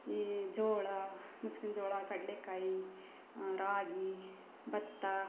ಈ ಜೋಳ ಮುಸ್ಕಿನ ಜೋಳ ಕಡಲೆಕಾಯಿ ರಾಗಿ ಭತ್ತ